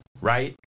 right